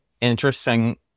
Interesting